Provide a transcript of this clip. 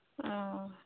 ᱚᱻ